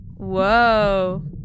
Whoa